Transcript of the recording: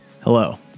Hello